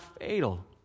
fatal